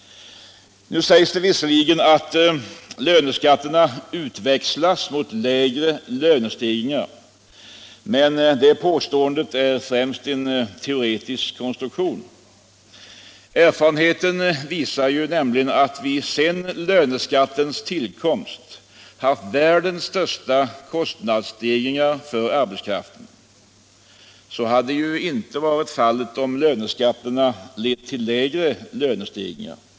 Det sägs visserligen att löneskatterna utväxlas mot lägre lönestegringar, men det påståendet är främst en teoretisk debatt Allmänpolitisk debatt 150 konstruktion. Sedan löneskatternas tillkomst har vi haft världens största kostnadsstegringar för arbetskraften. Så hade naturligtvis inte varit fallet om löneskatterna hade lett till lägre lönestegringar.